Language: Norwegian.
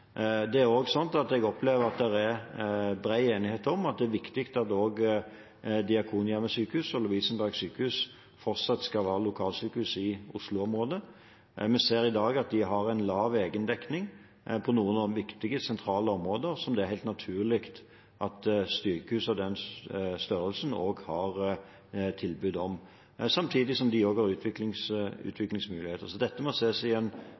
Jeg opplever at det er bred enighet om at det er viktig at også Diakonhjemmet Sykehus og Lovisenberg Diakonale Sykehus fortsatt skal være lokalsykehus i Oslo-området. Vi ser i dag at de har en lav egendekning på noen viktige, sentrale områder som det er helt naturlig at sykehus av den størrelsen har tilbud om – samtidig som de også har utviklingsmuligheter. Så dette må ses